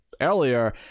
earlier